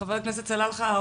חבר הכנסת סלאלחה,